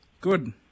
Good